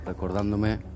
recordándome